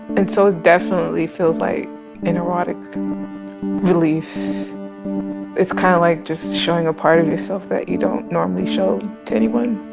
and so it definitely feels like an erotic release it's kind of like just showing a part of yourself that you don't normally show to anyone